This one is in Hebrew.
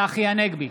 צחי הנגבי,